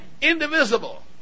Indivisible